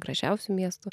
gražiausių miestų